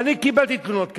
ואני קיבלתי תלונות כאלה.